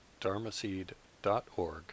dharmaseed.org